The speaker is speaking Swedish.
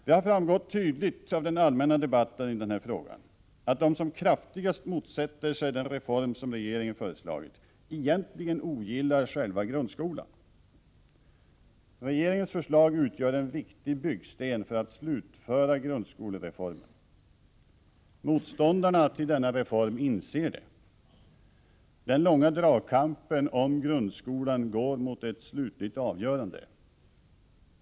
Det har framgått tydligt av den allmänna debatten i denna fråga att de som kraftigast motsätter sig den reform som regeringen föreslagit egentligen ogillar själva grundskolan. Regeringens förslag utgör en viktig byggsten för att slutföra grundskolereformen. Motståndarna till denna reform inser det. Den långa dragkampen om grundskolan går mot ett slutligt avgörande.